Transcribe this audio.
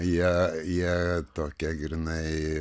jie jie tokie grynai